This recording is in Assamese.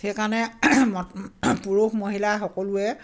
সেইকাৰণে পুৰুষ মহিলা সকলোৱে